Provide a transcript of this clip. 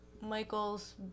michael's